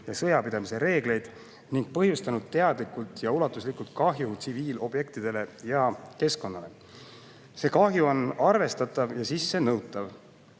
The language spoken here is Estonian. ja sõjapidamise reegleid ning põhjustanud teadlikult ja ulatuslikult kahju tsiviilobjektidele ja keskkonnale. See kahju on arvestatav ja sissenõutav.